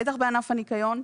בטח בענף הניקיון,